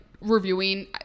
reviewing